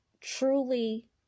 truly